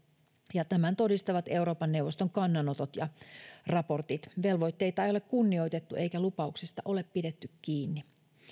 ja tämän todistavat euroopan neuvoston kannanotot ja raportit velvoitteita ei ole kunnioitettu eikä lupauksista ole pidetty kiinni